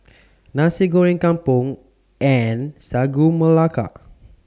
Nasi Goreng Kampung and Sagu Melaka